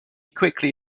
quickly